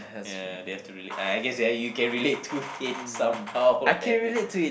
ya they have to relate I I guess that you can relate to it somehow and the